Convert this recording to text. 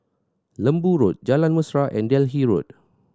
Lembu Road Jalan Mesra and Delhi Road